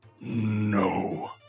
No